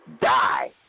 die